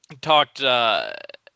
talked –